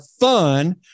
fun